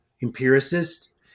empiricist